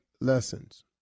lessons